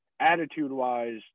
attitude-wise